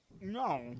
No